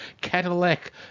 Cadillac